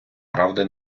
правди